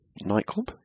Nightclub